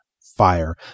fire